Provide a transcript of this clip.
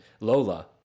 Lola